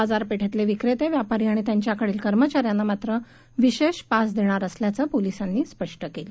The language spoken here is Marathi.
बाजार पेठेतले विक्रेते व्यापारी आणि त्यांच्याकडील कर्मचाऱ्यांना मात्र विशेष पास देणार असल्याचं पोलिसांनी स्पष्ट केलं